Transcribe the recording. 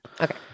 okay